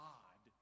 God